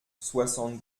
soixante